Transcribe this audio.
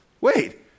Wait